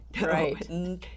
right